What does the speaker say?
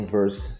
verse